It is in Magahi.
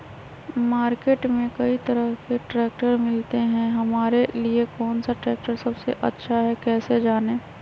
मार्केट में कई तरह के ट्रैक्टर मिलते हैं हमारे लिए कौन सा ट्रैक्टर सबसे अच्छा है कैसे जाने?